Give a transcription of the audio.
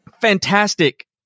fantastic